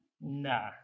Nah